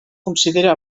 considera